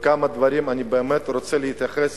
אני באמת רוצה להתייחס